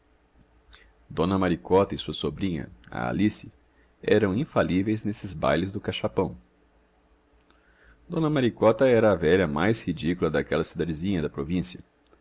d maricota e sua sobrinha a alice eram infalíveis nesses bailes do cachapão d maricota era a velha mais ridícula daquela cidadezinha da província